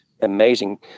Amazing